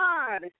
God